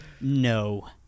no